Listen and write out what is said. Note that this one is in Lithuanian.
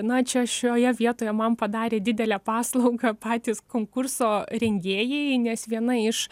na čia šioje vietoje man padarė didelę paslaugą patys konkurso rengėjai nes viena iš